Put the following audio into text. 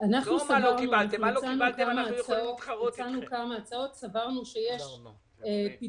הוא יכול לעשות את זה גם היום, גם בלי